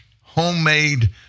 homemade